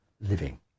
living